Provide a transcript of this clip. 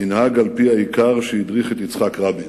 ננהג על-פי העיקר שהדריך את יצחק רבין: